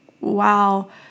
wow